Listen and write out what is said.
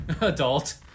adult